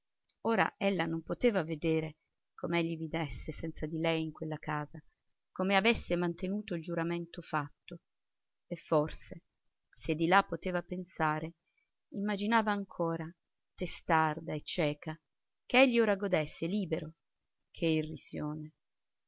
ora ella non poteva vedere com'egli vivesse senza di lei in quella casa come avesse mantenuto il giuramento fatto e forse se di là poteva pensare immaginava ancora testarda e cieca che egli ora godesse libero che irrisione